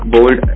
Bold